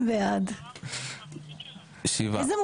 שבעה.